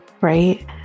right